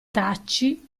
taci